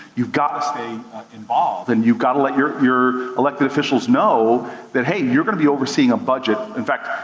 you've gotta stay involved, and you've gotta let your your elected officials know that, hey you're gonna be overseeing a budget, in fact,